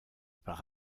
par